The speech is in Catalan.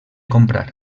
comprar